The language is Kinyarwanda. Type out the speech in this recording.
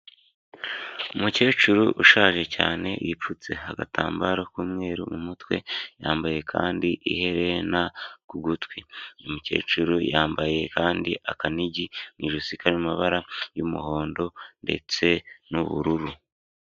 Umukecuru ushaje cyane yipfutse agatambaro k'umweru mu mutwe yambaye kandi iherena ku gutwi, uyu umukecuru yambaye kandi akanigi mu ijosi kari mu mabara y'umuhondo ndetse n'ubururu.